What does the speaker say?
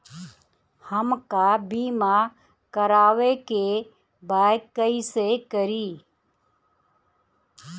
हमका बीमा करावे के बा कईसे करी?